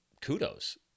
kudos